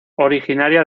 originaria